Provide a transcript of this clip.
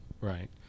right